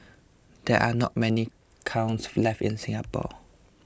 there are not many kilns left in Singapore